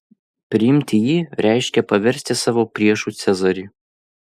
priimti jį reiškė paversti savo priešu cezarį